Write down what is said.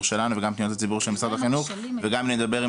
שלנו וגם פניות הציבור של משרד החינוך וגם נדבר עם